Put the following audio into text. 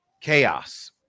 chaos